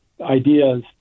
ideas